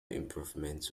improvements